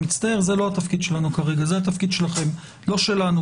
זה לא התפקיד שלנו אלא שלכם לא שלנו,